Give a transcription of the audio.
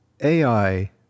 AI